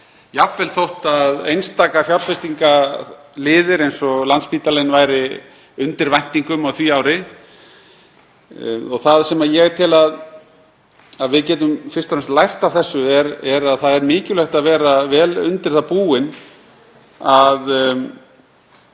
jafnvel þótt einstakir fjárfestingarliðir eins og Landspítalinn væru undir væntingum á því ári. Það sem ég tel að við getum fyrst og fremst lært af þessu er að það er mikilvægt að vera vel undirbúin, að